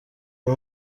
uyu